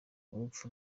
urupfu